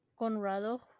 Conrado